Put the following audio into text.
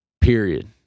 Period